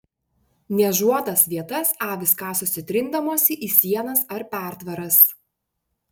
niežuotas vietas avys kasosi trindamosi į sienas ar pertvaras